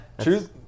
Choose